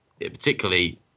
particularly